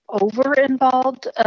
over-involved